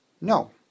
no